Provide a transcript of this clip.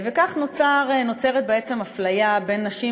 כך נוצרת בעצם אפליה בין נשים,